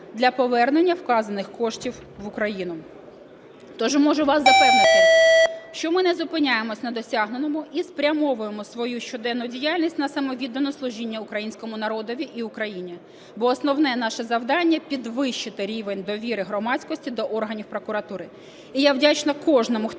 для повернення вказаних коштів в Україну. Тож, можу вас запевнити, що ми не зупиняємось на досягненому і спрямовуємо свою щоденну діяльність на самовіддане служіння українському народові і Україні. Бо основне наше завдання – підвищити рівень довіри громадськості до органів прокуратури. І я вдячна кожному, хто